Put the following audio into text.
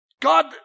God